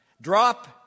drop